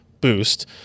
boost